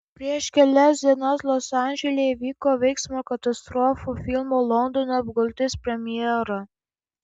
prieš kelias dienas los andžele įvyko veiksmo ir katastrofų filmo londono apgultis premjera